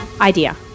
idea